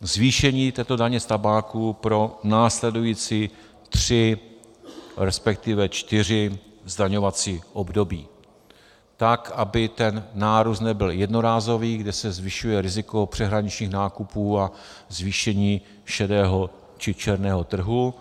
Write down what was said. zvýšení této daně z tabáku pro následující tři, respektive čtyři zdaňovací období, tak aby ten nárůst nebyl jednorázový, kde se zvyšuje riziko přeshraničních nákupů a zvýšení šedého či černého trhu.